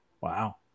wow